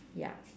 ya